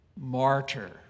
martyr